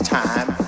time